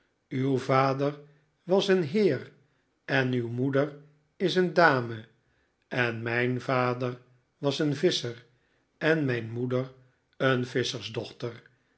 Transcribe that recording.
uw vader was een heer en uw moeder is een dame en mijn vader was een visscher en mijn moeder een